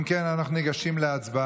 אם כן, אנחנו ניגשים להצבעה.